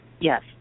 Yes